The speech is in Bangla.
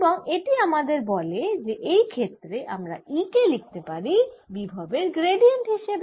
এবং এটি আমাদের বলে যে এই ক্ষেত্রে আমরা E কে লিখতে পারি বিভবের গ্র্যাডিয়েন্ট হিসেবে